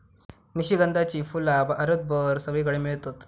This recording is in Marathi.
निशिगंधाची फुला भारतभर सगळीकडे मेळतत